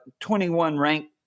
21-ranked